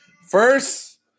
First